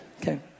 Okay